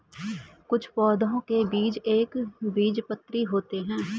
कुछ पौधों के बीज एक बीजपत्री होते है